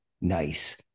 nice